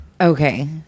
Okay